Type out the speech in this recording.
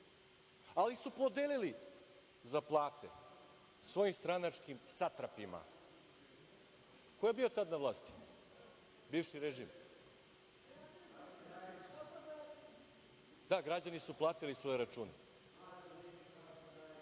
Oni su podelili za plate svojim stranačkim satrafima. Ko je bio tad na vlasti? Bivši režim. Da, građani su platili svoje račune,